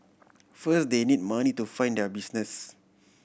first they need money to fund their business